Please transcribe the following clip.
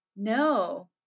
No